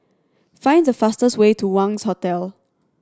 find the fastest way to Wangz Hotel